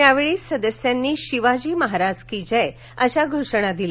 त्यावेळी सदस्यांनी शिवाजी महाराज की जय अशा घोषणा दिल्या